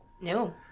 No